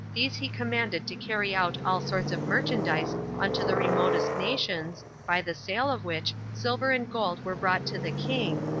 these he commanded to carry out all sorts of merchandise unto the remotest nations, by the sale of which silver and gold were brought to the king,